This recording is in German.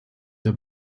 der